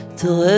till